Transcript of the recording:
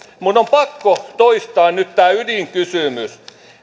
minun on on pakko toistaa nyt tämä ydinkysymys